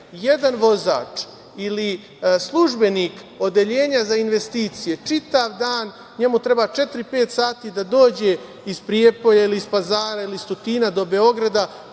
jedan vozač ili službenik odeljenja za investicije čitav dan, njemu treba četiri-pet sati da dođe iz Prijepolja ili iz Pazara ili iz Tutina do Beograda,